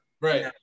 Right